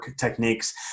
techniques